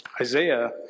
isaiah